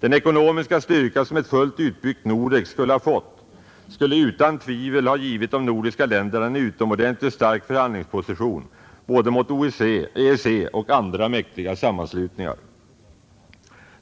Den ekonomiska styrka, som ett fullt utbyggt Nordek skulle ha fått, skulle utan tvivel ha givit de nordiska länderna en utomordentligt stark förhandlingsposition mot både EEC och andra mäktiga sammanslutningar,